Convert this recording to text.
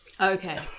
Okay